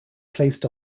placed